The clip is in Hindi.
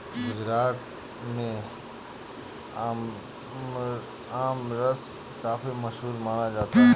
गुजरात में आमरस काफी मशहूर माना जाता है